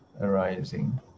Arising